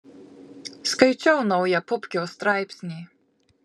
skaičiau naują pupkio straipsnį